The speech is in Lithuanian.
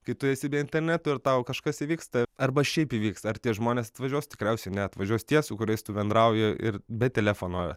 kai tu esi be interneto ir tau kažkas įvyksta arba šiaip įvyksta ar tie žmonės atvažiuos tikriausiai neatvažiuos tie su kuriais tu bendrauji ir be telefono